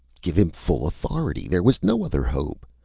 give him full authority. there was no other hope!